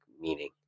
meaning